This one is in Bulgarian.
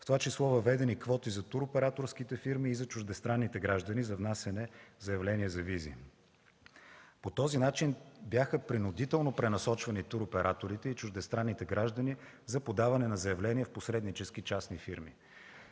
в това число въведени квоти за туроператорските фирми и за чуждестранните граждани за внасяне заявления за визи. По този начин принудително бяха пренасочвани туроператорите и чуждестранните граждани за подаване на заявления в посреднически частни фирми.